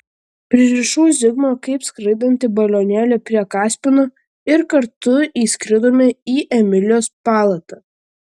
pririšau zigmą kaip skraidantį balionėlį prie kaspino ir kartu įskridome į emilijos palatą